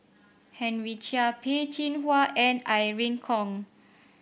Henry Chia Peh Chin Hua and Irene Khong